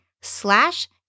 slash